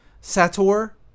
Sator